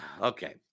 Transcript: Okay